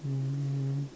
mmhmm